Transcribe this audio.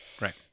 Right